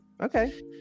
okay